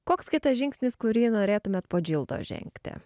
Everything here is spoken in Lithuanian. koks kitas žingsnis kurį norėtumėt po džildo žengti